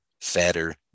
fatter